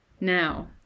Now